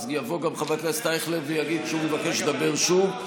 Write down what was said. יבוא גם חבר הכנסת אייכלר ויגיד שהוא מבקש לדבר שוב.